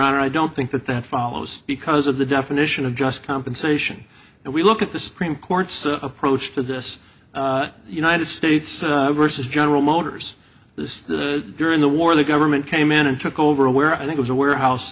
honor i don't think that that follows because of the definition of just compensation and we look at the supreme court's approach to this united states versus general motors this year in the war the government came in and took over where i think was a warehouse